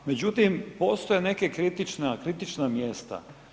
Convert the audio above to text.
Međutim, postoje neke kritične, kritična mjesta.